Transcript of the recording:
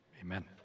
Amen